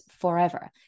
forever